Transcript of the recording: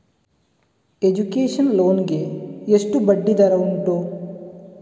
Education loan ಗೆ ಎಷ್ಟು ಬಡ್ಡಿ ದರ ಉಂಟು?